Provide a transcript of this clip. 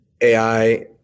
AI